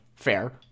Fair